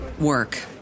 work